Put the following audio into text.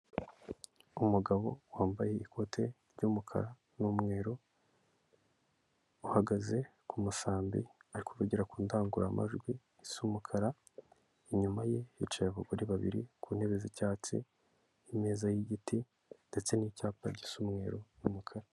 Umugabo wambaye ikote ry'umukara n'umweru uhagaze ku musambi arikuvugira ku ndangururamajwi isa umukara. Inyuma ye hicaye abagore babiri ku ntebe z'icyatsi, imeza y'igiti, ndetse n'icyapa gisa umweru n'umukara.